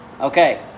okay